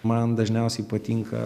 man dažniausiai patinka